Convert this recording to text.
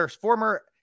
former